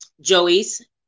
Joey's